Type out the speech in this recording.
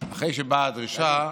אחרי שבאה הדרישה,